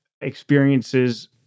experiences